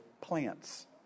plants